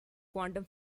quantum